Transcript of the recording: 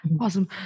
Awesome